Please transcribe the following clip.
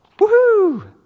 Woohoo